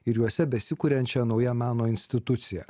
ir juose besikuriančia nauja meno institucija